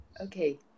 Okay